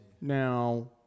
now